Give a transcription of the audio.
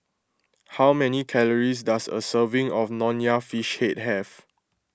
how many calories does a serving of Nonya Fish Head have